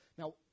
Now